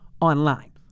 online